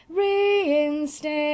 reinstate